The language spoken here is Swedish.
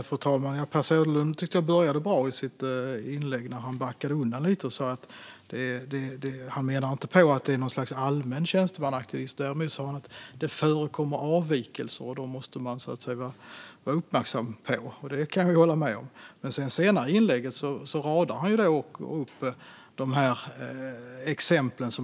Fru talman! Jag tycker att Per Söderlund började sitt inlägg bra, när han backade undan lite och sa att han inte menar att det råder något slags allmän tjänstemannaaktivism. Däremot sa han att det förekommer avvikelser som man måste vara uppmärksam på. Det kan jag hålla med om. Senare i inlägget radar han dock upp exempel.